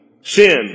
sin